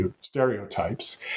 stereotypes